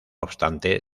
obstante